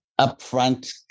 upfront